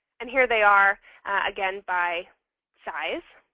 and here they are again by size.